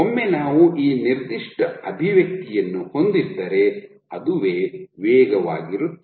ಒಮ್ಮೆ ನಾವು ಈ ನಿರ್ದಿಷ್ಟ ಅಭಿವ್ಯಕ್ತಿಯನ್ನು ಹೊಂದಿದ್ದರೆ ಅದುವೇ ವೇಗವಾಗಿರುತ್ತದೆ